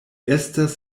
estas